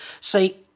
See